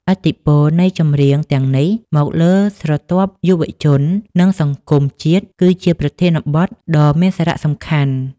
ឥទ្ធិពលនៃចម្រៀង ទាំងនេះ មកលើស្រទាប់យុវជន និងសង្គមជាតិ គឺជាប្រធានបទដ៏មានសារៈសំខាន់